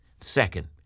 Second